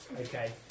Okay